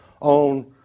on